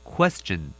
Question